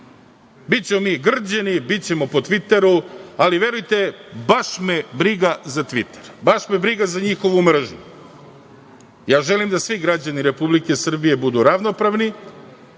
mi i grđeni, bićemo i po Tviteru, ali, verujte, baš me briga za Tviter. Baš me briga za njihovu mržnju. Želim da svi građani Republike Srbije budu ravnopravni.